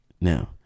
Now